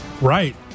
Right